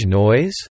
noise